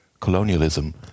colonialism